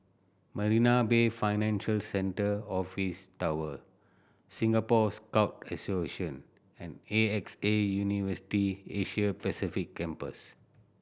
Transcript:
Marina Bay Financial Centre Office Tower Singapore Scout Association and A X A University Asia Pacific Campus